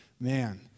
man